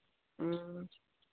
ꯎꯝ